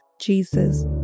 Jesus